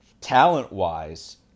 talent-wise